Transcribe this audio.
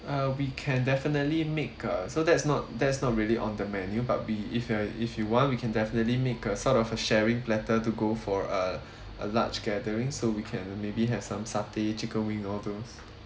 uh we can definitely make a so that's not that's not really on the menu but we if you if you want we can definitely make a sort of a sharing platter to go for a a large gathering so we can maybe have some satay chicken wing all those